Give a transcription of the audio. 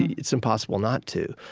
it's impossible not to.